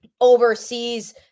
oversees